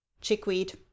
Chickweed